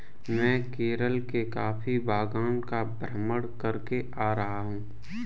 मैं केरल के कॉफी बागान का भ्रमण करके आ रहा हूं